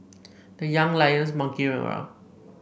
the Young Lions monkeying around